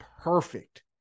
perfect